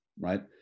right